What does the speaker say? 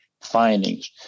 findings